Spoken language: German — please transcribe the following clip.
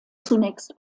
zunächst